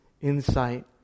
insight